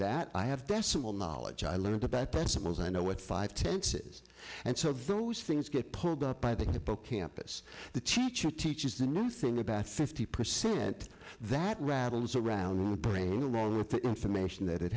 that i have decimal knowledge i learned about principles i know what five tenses and so those things get pulled up by the hippocampus the teacher teaches the new thing about fifty percent that rattles around the brain along with the information that it